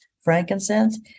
frankincense